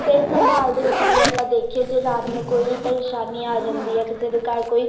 ਸਿਹਤ ਸੰਭਾਲ ਦੇ ਵਿੱਚ ਜੇ ਆਪਾਂ ਦੇਖੀਏ ਜੇ ਰਾਤ ਨੂੰ ਕੋਈ ਪਰੇਸ਼ਾਨੀ ਆ ਜਾਂਦੀ ਹੈ ਕਿਸੇ ਦੇ ਘਰ ਕੋਈ